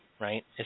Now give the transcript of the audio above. right